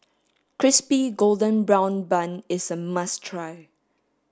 crispy golden brown bun is a must try